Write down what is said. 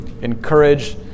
encourage